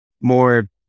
more